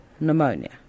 Pneumonia